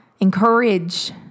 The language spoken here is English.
encourage